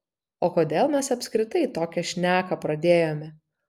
o kodėl mes apskritai tokią šneką pradėjome